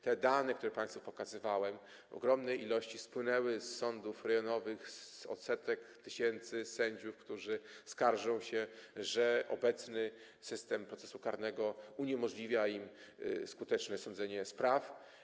Te dane, które państwu pokazywałem, w ogromnej ilości spłynęły z sądów rejonowych, od setek, tysięcy sędziów, którzy skarżą się, że obecny system procesu karnego uniemożliwia im skuteczne sądzenie spraw.